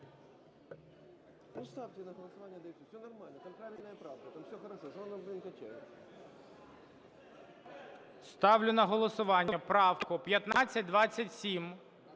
Ставлю на голосування правку 1527